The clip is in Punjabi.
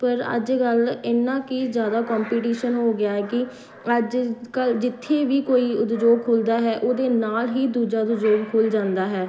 ਪਰ ਅੱਜ ਕੱਲ੍ਹ ਇੰਨਾ ਕੁ ਜ਼ਿਆਦਾ ਕੋਮਪੀਟੀਸ਼ਨ ਹੋ ਗਿਆ ਹੈ ਕਿ ਅੱਜ ਕੱਲ੍ਹ ਜਿੱਥੇ ਵੀ ਕੋਈ ਉਦਯੋਗ ਖੁੱਲ੍ਹਦਾ ਹੈ ਉਹਦੇ ਨਾਲ ਹੀ ਦੂਜਾ ਉਦਯੋਗ ਖੁੱਲ੍ਹ ਜਾਂਦਾ ਹੈ